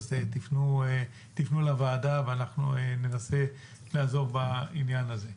אז תפנו לוועדה ואנחנו ננסה לעזור בעניין הזה.